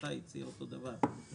מסיעתך הציע אותו דבר.